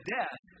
death